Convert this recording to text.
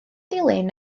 dilyn